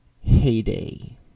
heyday